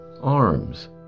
arms